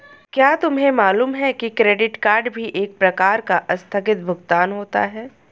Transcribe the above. क्या तुम्हें मालूम है कि क्रेडिट भी एक प्रकार का आस्थगित भुगतान होता है?